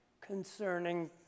concerning